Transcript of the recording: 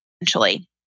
essentially